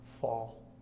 fall